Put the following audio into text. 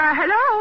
hello